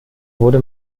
wurde